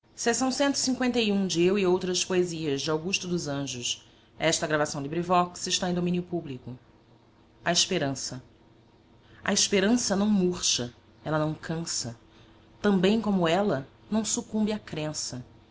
sepulcro de rosas e de flores arca sagrada de cerúleos sonhos primavera gentil dos meus amores a esperança não murcha ela não cansa também como ela não sucumbe a crença